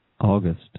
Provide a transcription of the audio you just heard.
August